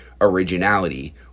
originality